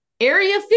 area